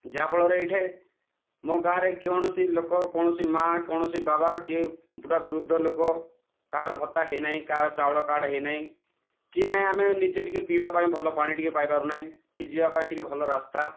ଯାହାଫଳରେ ଏହିଠାରେ ମୋ' ଗାଁରେ କୌଣସି ଲୋକ କୌଣସି ମା' କୌଣସି ବାବା କି ବୁଢ଼ା ବୃଦ୍ଧ ଲୋକ କା'ର ଭତ୍ତା ହୋଇନାହିଁ କା'ର ଚାଉଳ କାର୍ଡ଼ ହୋଇନାହିଁ କି ନାହିଁ ଆମେ ନିଜେ ଟିକିଏ ପିଇବା ପାଇଁ ଭଲ ପାଣି ଟିକିଏ ପାଇପାରୁନାହିଁ କି ଯିବାପାଇଁ ଟିକେ ଭଲ ରାସ୍ତା